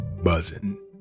buzzing